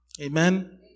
Amen